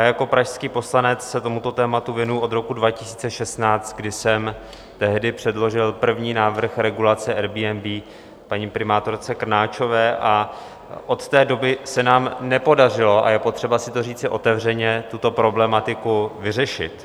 Jako pražský poslanec se tomuto tématu věnuji od roku 2016, kdy jsem tehdy předložil první návrh regulace Airbnb paní primátorce Krnáčové, a od té doby se nám nepodařilo a je potřeba si to říci otevřeně tuto problematiku vyřešit.